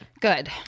Good